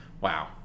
wow